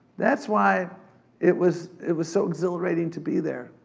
that's why it was it was so exhilarating to be there.